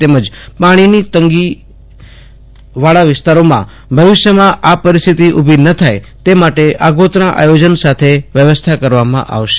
તેમજ પાણીની તંગી વાળા વિસ્તારોમાં ભવિષ્યમાં આ પરિસ્થિતિ ઉભી ન થાય તે માટે આગોતરા આયોજન સાથે વ્યવસ્થા કરવામાં આવશે